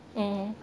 mm